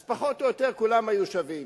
אז פחות או יותר כולם היו שווים,